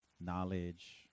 knowledge